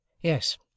Yes